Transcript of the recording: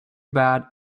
bad